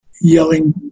yelling